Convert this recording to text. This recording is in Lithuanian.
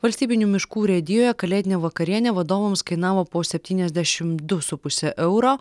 valstybinių miškų urėdijoje kalėdinė vakarienė vadovams kainavo po septyniasdešim du su puse euro